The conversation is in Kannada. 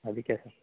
ಅದಕ್ಕೆ ಸರ್